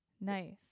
Nice